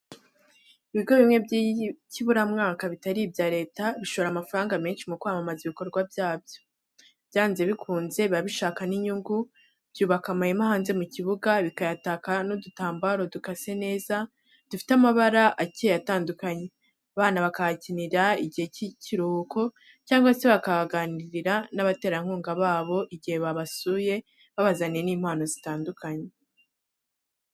Ibigo bimwe by'ikiburamwaka bitari ibya Leta bishora amafaranga menshi mu kwamamaza ibikorwa byabyo, byanze bikunze biba bishaka n'inyungu, byubaka amahema hanze mu kibuga, bikayataka n'udutambaro dukase neza, dufite amabara akeye atandukanye, abana bakahakinira igihe cy'ikiruhuko, cyangwa se bakahaganirira n'abaterankunga babo igihe babasuye, babazaniye n'impano zitandukanye.